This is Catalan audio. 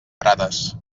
prades